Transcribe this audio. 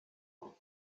who